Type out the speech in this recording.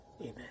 amen